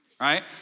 right